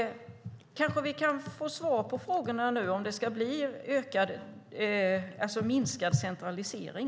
Kanske vi kan få svar på frågorna. Ska det bli minskad centralisering?